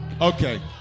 Okay